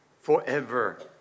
forever